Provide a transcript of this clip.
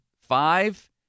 Five